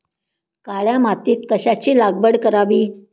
काळ्या मातीत कशाची लागवड करावी?